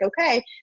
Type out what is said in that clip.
okay